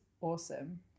awesome